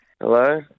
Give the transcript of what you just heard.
Hello